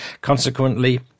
Consequently